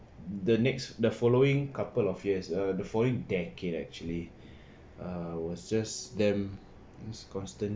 the next the following couple of years err the following decade actually uh was just them is constantly